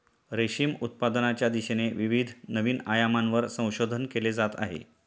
रेशीम उत्पादनाच्या दिशेने विविध नवीन आयामांवर संशोधन केले जात आहे